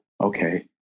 okay